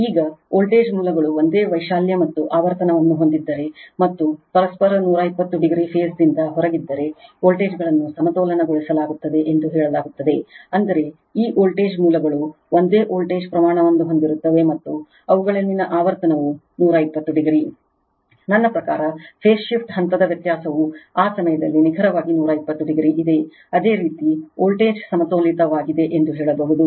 ಈಗ ವೋಲ್ಟೇಜ್ ಮೂಲಗಳು ಒಂದೇ ವೈಶಾಲ್ಯ ಮತ್ತು ಆವರ್ತನವನ್ನು ಹೊಂದಿದ್ದರೆ ಮತ್ತು ಪರಸ್ಪರ 120 o ಫೇಸ್ ದಿಂದ ಹೊರಗಿದ್ದರೆ ವೋಲ್ಟೇಜ್ಗಳನ್ನು ಸಮತೋಲನಗೊಳಿಸಲಾಗುತ್ತದೆ ಎಂದು ಹೇಳಲಾಗುತ್ತದೆ ಅಂದರೆ ಈ ವೋಲ್ಟೇಜ್ ಮೂಲಗಳು ಒಂದೇ ವೋಲ್ಟೇಜ್ ಪ್ರಮಾಣವನ್ನು ಹೊಂದಿರುತ್ತವೆ ಮತ್ತು ಅವುಗಳಲ್ಲಿನ ಆವರ್ತನವು 120 o ನನ್ನ ಪ್ರಕಾರ ಫೇಸ್ ಶಿಫ್ಟ್ ಹಂತದ ವ್ಯತ್ಯಾಸವು ಆ ಸಮಯದಲ್ಲಿ ನಿಖರವಾಗಿ 120 o ಇದೆ ಅದೇ ರೀತಿ ವೋಲ್ಟೇಜ್ ಸಮತೋಲಿತವಾಗಿದೆ ಎಂದು ಹೇಳಬಹುದು